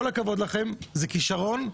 כל הכבוד לכם, זה כישרון.